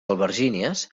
albergínies